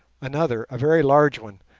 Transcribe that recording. another, a very large one,